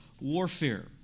warfare